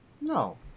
No